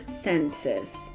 census